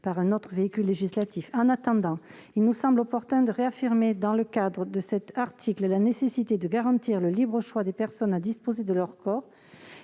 par un autre véhicule législatif. En attendant, il nous semble opportun de réaffirmer, dans le cadre de cet article, la nécessité de garantir le libre choix des personnes à disposer de leur corps